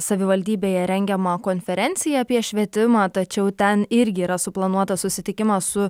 savivaldybėje rengiamą konferenciją apie švietimą tačiau ten irgi yra suplanuotas susitikimas su